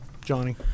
Johnny